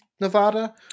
Nevada